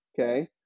Okay